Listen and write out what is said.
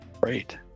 Great